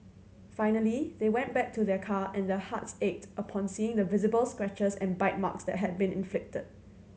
finally they went back to their car and their hearts ached upon seeing the visible scratches and bite marks that had been inflicted